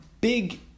big